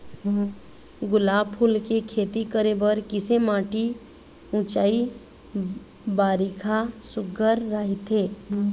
गुलाब फूल के खेती करे बर किसे माटी ऊंचाई बारिखा सुघ्घर राइथे?